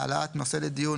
העלאת נושא לדיון,